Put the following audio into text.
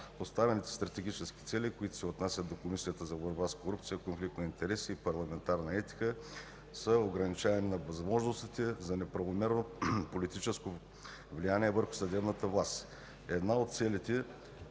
Поставените стратегически цели, които се отнасят до Комисията за борба с корупцията, конфликт на интереси и парламентарна етика са ограничаване на възможностите за неправомерно политическо влияние върху съдебната власт. Една от целите е